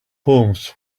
homes